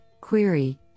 query